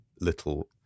little